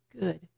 good